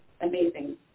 amazing